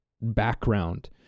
background